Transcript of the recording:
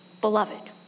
Beloved